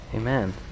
Amen